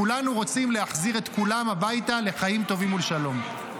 כולנו רוצים להחזיר את כולם הביתה לחיים טובים ולשלום.